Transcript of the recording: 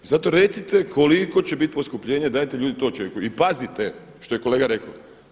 I zato recite koliko će bit poskupljenje, dajte ljudi to očekujte i pazite što je kolega rekao.